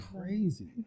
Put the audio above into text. crazy